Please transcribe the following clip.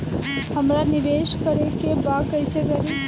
हमरा निवेश करे के बा कईसे करी?